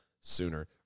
sooner